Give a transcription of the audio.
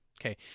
okay